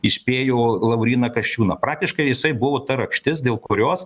įspėjo lauryną kasčiūną praktiškai jisai buvo ta rakštis dėl kurios